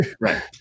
right